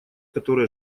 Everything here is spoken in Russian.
которые